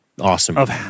Awesome